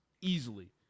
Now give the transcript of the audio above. easily